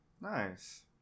Nice